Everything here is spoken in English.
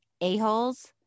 a-holes